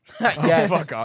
Yes